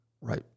Right